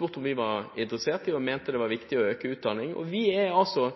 om vi var interessert, og om vi mente det var viktig å øke støtten til utdanning. Vi er altså